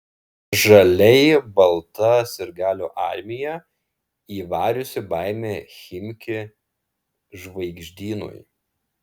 žaliai balta sirgalių armija įvariusi baimę chimki žvaigždynui